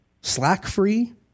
Slack-free